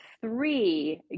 three